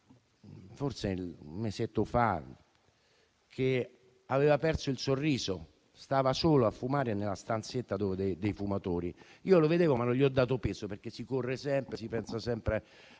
forse un mesetto fa, aveva perso il sorriso: stava solo a fumare nella stanza dei fumatori. Io lo vedevo, ma non gli ho dato peso, perché si corre sempre, si pensa sempre